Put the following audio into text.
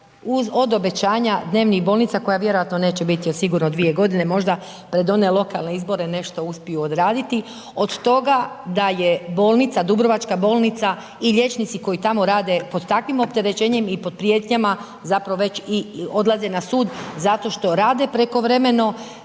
uz obećanja od dnevnih bolnica koja vjerojatno neće biti još sigurno dvije godine možda pred one lokalne izbore nešto uspiju odraditi od toga da je bolnica Dubrovačka bolnica i liječnici koji tamo rade pod takvim opterećenim i pod prijetnjama zapravo već i odlaze na sud zato što rade prekovremeno,